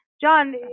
John